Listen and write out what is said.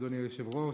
אדוני היושב-ראש,